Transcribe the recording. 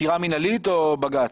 עתירה מנהלית או בג"ץ?